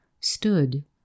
stood